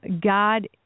God